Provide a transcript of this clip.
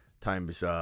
times